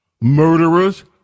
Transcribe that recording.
murderers